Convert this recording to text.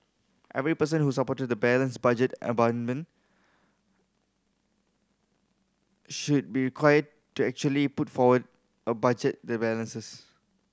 every person who supported the balanced budget amendment should be required to actually put forward a budget the balances